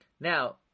Now